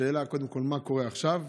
השאלה: קודם כול, מה קורה עכשיו?